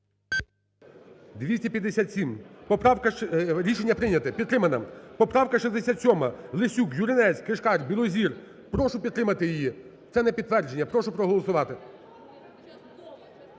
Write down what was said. За-257 Рішення прийнято. Підтримана. Поправка 67, Лесюк, Юринець, Кишкар, Білозір. Прошу підтримати її. Це на підтвердження, прошу проголосувати.